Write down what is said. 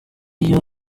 iyo